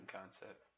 concept